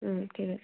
হুম ঠিক আছে